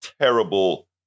terrible